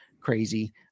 crazy